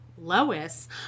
lois